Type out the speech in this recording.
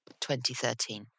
2013